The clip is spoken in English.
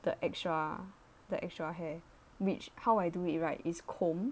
the extra the extra hair which how I do it right is comb